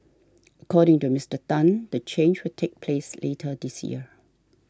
according to Mister Tan the change will take place later this year